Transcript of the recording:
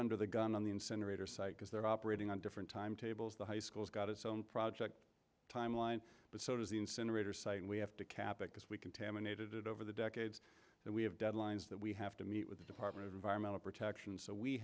under the gun on the incinerator site because they're operating on different timetables the high school's got its own project timeline but so does the incinerator site and we have to cap it because we contaminated it over the decades and we have deadlines that we have to meet with the department of environmental protection so we